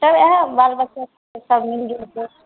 सब इएह बालबच्चासब मिलजुलके